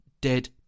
dead